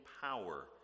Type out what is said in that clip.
power